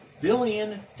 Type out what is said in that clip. billion